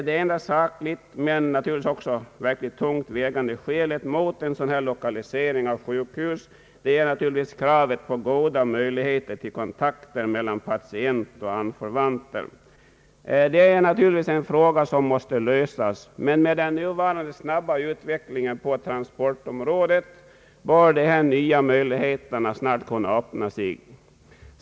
Det enda sakliga men tungt vägande skälet mot en sådan lokalisering av sjukhus är naturligtvis kravet på goda möjligheter till kontakter mellan patienter och anförvanter. Detta är givetvis en fråga som måste lösas, men med den nuvarande snabba utvecklingen på transportområdet bör nya möjligheter här snart kunna öppna sig.